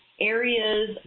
areas